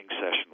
session